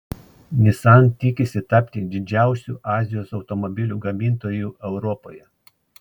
nissan tikisi tapti didžiausiu azijos automobilių gamintoju europoje